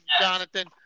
Jonathan